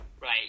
Right